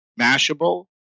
Mashable